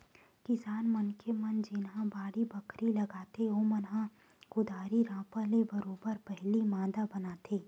किसान मनखे मन जेनहा बाड़ी बखरी लगाथे ओमन ह कुदारी रापा ले बरोबर पहिली मांदा बनाथे